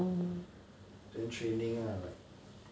then training ah